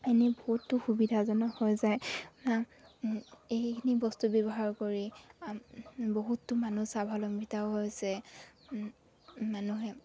এনেই বহুতো সুবিধাজনক হৈ যায় এইখিনি বস্তু ব্যৱহাৰ কৰি বহুতো মানুহ স্বাৱলম্বিতাও হৈছে মানুহে